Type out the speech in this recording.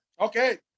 Okay